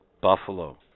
Buffalo